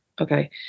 Okay